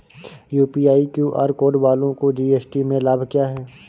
UPI QR code वालों को GST में लाभ क्या है?